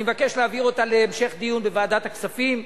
אני מבקש להעביר אותה להמשך דיון בוועדת הכספים.